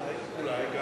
אולי.